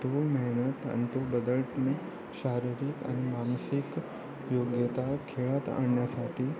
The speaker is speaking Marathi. तो मेहनत आणि तो बदल तुम्ही शारीरिक आणि मानसिक योग्यता खेळात आणण्यासाठी